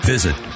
Visit